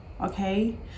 Okay